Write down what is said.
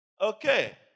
Okay